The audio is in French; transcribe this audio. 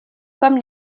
comme